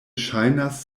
ŝajnas